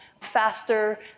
faster